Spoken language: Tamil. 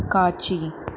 காட்சி